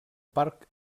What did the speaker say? parc